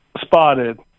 spotted